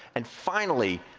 and finally,